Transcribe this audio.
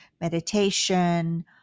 meditation